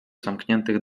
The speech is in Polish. zamkniętych